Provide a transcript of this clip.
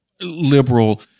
liberal